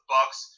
Bucks